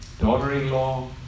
daughter-in-law